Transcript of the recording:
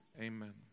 Amen